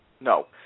No